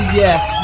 yes